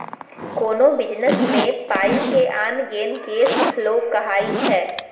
कोनो बिजनेस मे पाइ के आन गेन केस फ्लो कहाइ छै